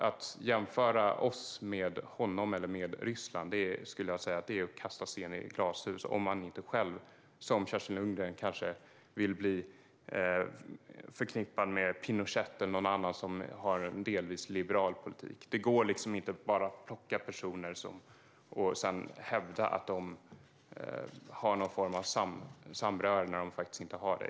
Att jämföra oss med honom eller Ryssland skulle jag säga är att kasta sten i glashus, om man inte själv - det kanske Kerstin Lundgren vill - vill bli förknippad med Pinochet eller någon annan som har en delvis liberal politik. Det går inte att bara plocka personer och sedan hävda att de har någon form av samröre när de faktiskt inte har det.